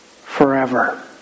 forever